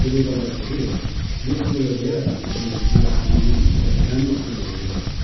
त्यसले गर्दाखेरि यो कुरोलाई चाहिँ अब हामीले विकाससँगसँगै हामीले त राम्रो कुरो हो यो